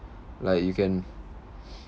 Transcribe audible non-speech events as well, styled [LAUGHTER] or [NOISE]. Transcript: like you can [NOISE]